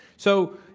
so,